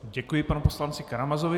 Děkuji panu poslanci Karamazovi.